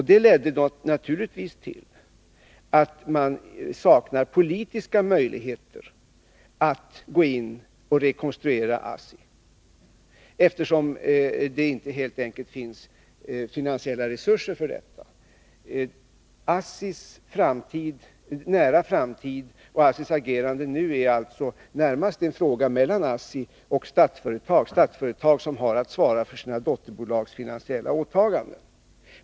Det ledde naturligtvis till att det saknas politiska möjligheter att gå in och rekonstruera ASSI, eftersom det helt enkelt inte finns finansiella resurser för detta. ASSI:s nära framtid och ASSI:s agerande nu är alltså närmast en fråga mellan ASSI och Statsföretag. Statsföretag har att svara för sina dotterbolags finansiella åtaganden.